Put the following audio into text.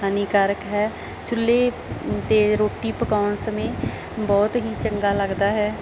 ਹਾਨੀਕਾਰਕ ਹੈ ਚੁੱਲ੍ਹੇ 'ਤੇ ਰੋਟੀ ਪਕਾਉਣ ਸਮੇਂ ਬਹੁਤ ਹੀ ਚੰਗਾ ਲੱਗਦਾ ਹੈ